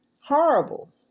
horrible